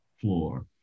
floor